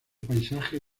paisaje